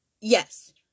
yes